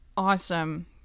awesome